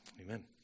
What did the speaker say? Amen